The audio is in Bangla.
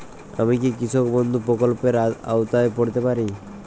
আমি কি কৃষক বন্ধু প্রকল্পের আওতায় পড়তে পারি?